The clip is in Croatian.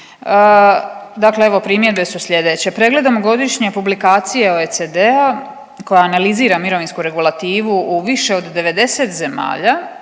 Dakle, evo primjedbe su sljedeće. Pregledom godišnje publikacije OECD-a koja analizira mirovinsku regulativu u više od 90 zemalja